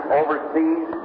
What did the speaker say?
overseas